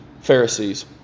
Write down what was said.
Pharisees